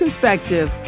perspective